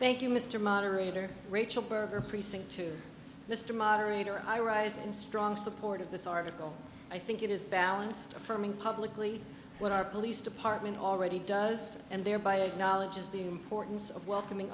thank you mr moderator rachel berger precinct two mr moderator i rise in strong support of this article i think it is balanced affirming publicly what our police department already does and thereby knowledge of the importance of welcoming